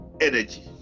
energy